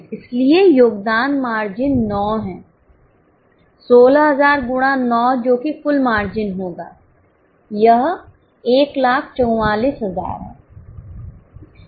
इसलिए योगदान मार्जिन 9 है 16000 गुणा 9 जो कि कुल मार्जिन होगा यह 144000 है क्या आप इसे समझ रहे हैं